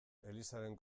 elizaren